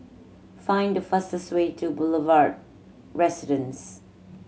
find the fastest way to Boulevard Residence